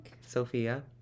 Sophia